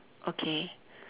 okay